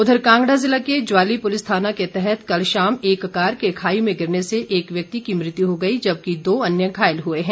उधर कांगड़ा जिला के ज्वाली पुलिस थाना के तहत कल शाम एक कार के खाई में गिरने से एक व्यक्ति की मृत्यु हो गई जबकि दो अन्य घायल हुए हैं